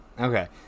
okay